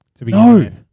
No